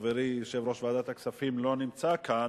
חברי יושב-ראש ועדת הכספים לא נמצא כאן,